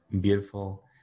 beautiful